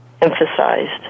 emphasized